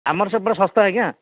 ଆମର ସେପଟେ ଶସ୍ତା ଆଜ୍ଞା